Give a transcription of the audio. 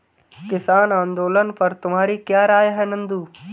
किसान आंदोलन पर तुम्हारी क्या राय है नंदू?